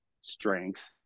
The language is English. strength